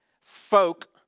Folk